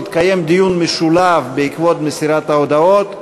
יתקיים דיון משולב בעקבות מסירת ההודעות,